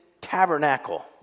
tabernacle